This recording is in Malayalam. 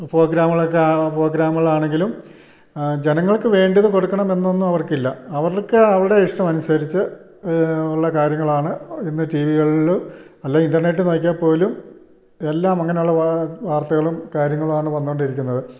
പ്രോഗ്രാമുകളൊക്കെ പ്രോഗ്രാമുകൾ ആണെങ്കിലും ജനങ്ങൾക്ക് വേണ്ടത് കൊടുക്കണമെന്നൊന്നും അവർക്ക് ഇല്ല അവർക്ക് അവരുടെ ഇഷ്ടം അനുസരിച്ചു ഉള്ള കാര്യങ്ങളാണ് ഇന്ന് ടിവികളിലും അല്ലേ ഇൻ്റർനെറ്റ് നോക്കിയാൽ പോലും എല്ലാം അങ്ങനെയുള്ള വാർത്തകളും കാര്യങ്ങളുമാണ് വന്നു കൊണ്ടിരിക്കുന്നത്